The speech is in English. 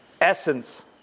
essence